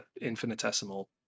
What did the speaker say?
infinitesimal